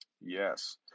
Yes